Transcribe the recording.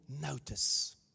notice